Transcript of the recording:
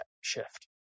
shift